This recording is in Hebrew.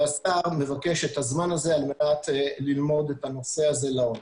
והשר מבקש את הזמן הזה על מנת ללמוד את הנושא הזה לעומק.